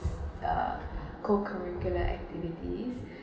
uh co-curriculum activities